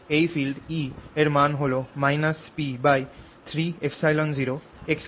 এই field E এর মান হল P3ε0 x